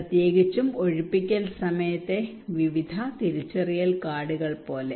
പ്രത്യേകിച്ചും ഒഴിപ്പിക്കൽ സമയത്തെ വിവിധ തിരിച്ചറിയൽ കാർഡുകൾ പോലെ